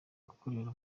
ikorera